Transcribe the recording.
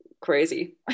Crazy